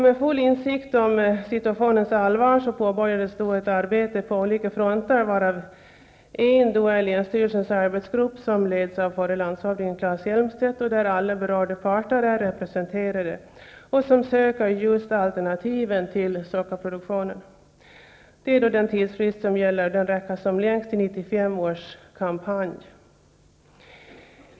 Med full insikt om situationens allvar påbörjades ett arbete på olika fronter, varav en är länsstyrelsens arbetsgrupp, som leds av förre landshövdingen Claes Elmstedt, där alla berörda parter är representerade och som söker just alternativen till sockerproduktionen. Den tidsfrist som gäller räcker som längst till 1995 års kampanj.